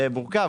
זה מורכב.